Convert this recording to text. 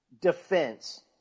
defense